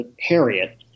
Harriet